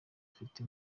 bufite